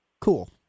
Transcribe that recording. Cool